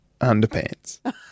underpants